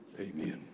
Amen